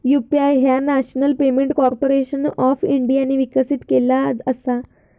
UPI ह्या national payment corporation of इंडियाने विकसित केला असा